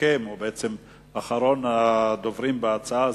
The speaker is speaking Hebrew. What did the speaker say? ואחרון הדוברים בהצעה הזאת,